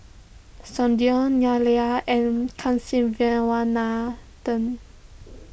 Sudhir Neila and Kasiviswanathan